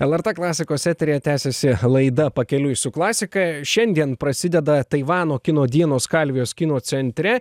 lrt klasikos eteryje tęsiasi laida pakeliui su klasika šiandien prasideda taivano kino dienos skalvijos kino centre